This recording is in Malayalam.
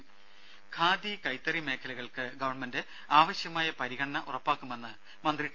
രുക ഖാദികൈത്തറി മേഖലകൾക്ക് ഗവൺമെന്റ് ആവശ്യമായ പരിഗണന ഉറപ്പാക്കുമെന്ന് മന്ത്രി ടി